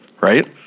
right